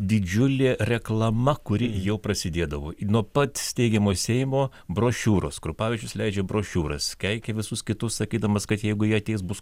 didžiulė reklama kuri jau prasidėdavo nuo pat steigiamojo seimo brošiūros krupavičius leidžia brošiūras keikia visus kitus sakydamas kad jeigu jie ateis bus